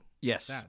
Yes